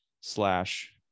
slash